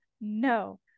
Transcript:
No